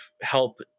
help